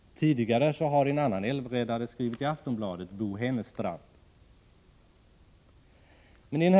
Tidigare har en annan älvräddare skrivit i Aftonbladet, nämligen Bo Hännestrand.